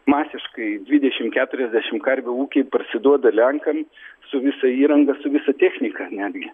masiškai dvidešim keturiasdešim karvių ūkiai parsiduoda lenkam su visa įranga su visa technika netgi